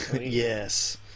Yes